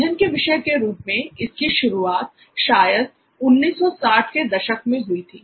अध्ययन के विषय के रूप में इसकी शुरुआत शायद 1960 के दशक में हुई थी